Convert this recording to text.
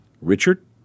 Richard